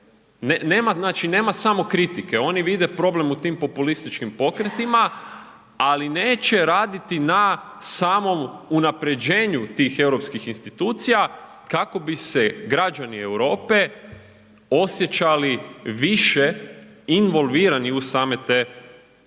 nema samokritike, oni vide problem u tim populističkim pokretima, ali neće raditi na samom unapređenju tih europskih institucija kako bi se građani Europe osjećali više involvirani u same te procese.